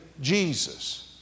Jesus